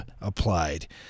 applied